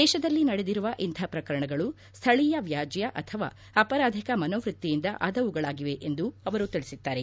ದೇಶದಲ್ಲಿ ನಡೆದಿರುವ ಇಂಥ ಪ್ರಕರಣಗಳು ಸ್ಥಳೀಯ ವ್ಯಾಜ್ಯ ಅಥವಾ ಅಪರಾಧಿಕ ಮನೋವೃತ್ತಿಯಿಂದ ಆದವುಗಳಾಗಿವೆ ಎಂದು ಅವರು ತಿಳಿಸಿದ್ದಾರೆ